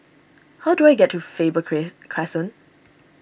how do I get to Faber Crescent